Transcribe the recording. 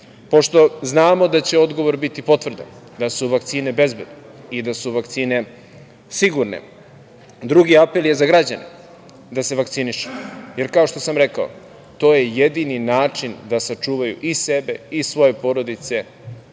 Pošto znamo da će odgovor biti potvrdan, da su vakcine bezbedne i da su vakcine sigurne, drugi apel je za građane da se vakcinišu, jer, kao što sam rekao, to je jedini način da sačuvaju i sebe i svoje porodice